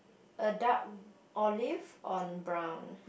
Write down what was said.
a dark olive on brown